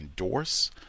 endorse